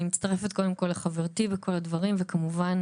אני קודם כל מצטרפת לחברתי בכל הדברים וכמובן